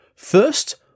First